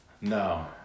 No